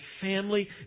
family